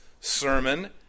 sermon